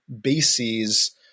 bases